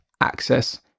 access